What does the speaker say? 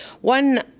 One